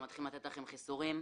נתחיל לרשום לכם חיסורים,